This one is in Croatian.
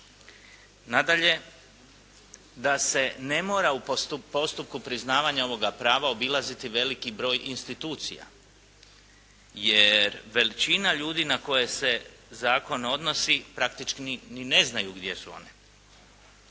Nadalje, da se ne mora u postupku priznavanja ovoga prava obilaziti veliki broj institucija, jer veličina ljudi na koji se zakon odnosi praktični ni ne znaju gdje su one.